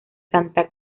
santa